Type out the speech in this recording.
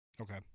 Okay